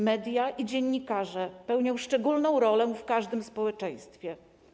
Media i dziennikarze pełnią szczególną rolę w każdym społeczeństwie.